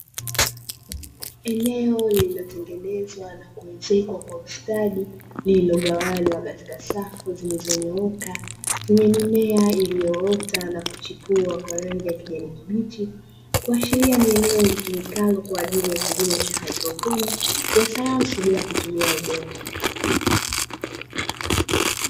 Eneo lilotengenezwa na kuezekwa kwa ustadi lililo gawanywa katika safu zilizonyooka zenye mimea iliyoota na kuchipua kwa rangi ya kijani kibichi, kuashiria ni eneo litumikalo kwa ajili ya kilimo cha haidroponi ya sayansi bila kutumia udongo.